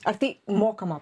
ar tai mokama